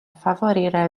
favorire